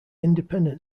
independent